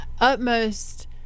utmost